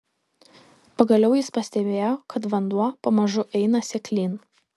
pagaliau jis pastebėjo kad vanduo pamažu eina seklyn